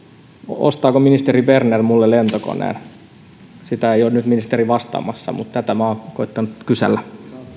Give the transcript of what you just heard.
ostaako ministeri berner minulle lentokoneen siihen ei ole nyt ministeri vastaamassa mutta tätä minä olen koettanut kysellä